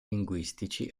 linguistici